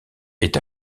est